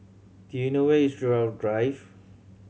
do you know where is Gerald Drive